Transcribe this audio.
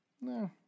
No